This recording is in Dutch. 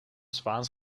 spaans